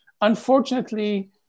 Unfortunately